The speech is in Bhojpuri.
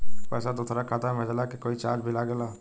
पैसा दोसरा के खाता मे भेजला के कोई चार्ज भी लागेला?